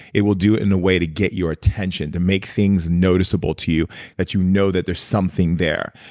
it will do it in a way to get your attention, to make things noticeable to you that you know that there's something there.